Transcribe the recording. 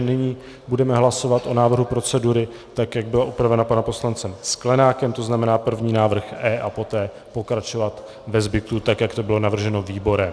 Nyní budeme hlasovat o návrhu procedury tak, jak byla upravena panem poslancem Sklenákem, to znamená první návrh E a poté pokračovat ve zbytku tak, jak to bylo navrženo výborem.